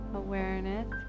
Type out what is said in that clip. awareness